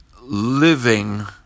living